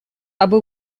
abu